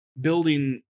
building